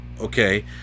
okay